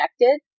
connected